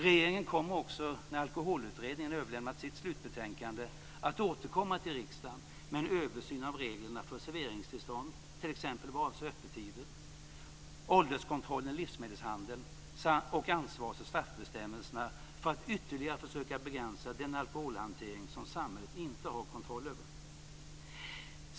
Regeringen kommer också, när Alkoholutredningen har överlämnat sitt slutbetänkande, att återkomma till riksdagen med en översyn av reglerna för serveringstillstånd, t.ex. vad avser öppettider, ålderskontrollen i livsmedelshandeln samt ansvars och straffbestämmelserna, för att ytterligare försöka begränsa den alkoholhantering som samhället inte har kontroll över.